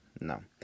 No